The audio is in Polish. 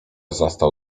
zastał